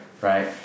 right